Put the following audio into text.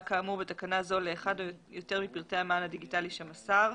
כאמור בתקנה זו לאחד או יותר מפרטי המען הדיגיטלי שמסר.